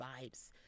vibes